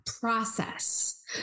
process